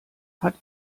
hat